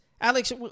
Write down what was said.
Alex